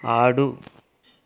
ఆడు